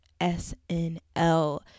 SNL